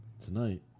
tonight